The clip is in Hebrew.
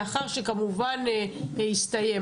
לאחר שכמובן יסתיים.